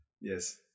Yes